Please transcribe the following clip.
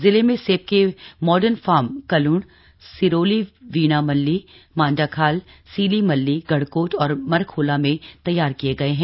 जिले में सेब के मार्डन फार्म कल्ण सिरोली वीणा मल्ली माण्डाखाल सीली मल्ली गढ़कोट और मरखोला में तैयार किये गये हैं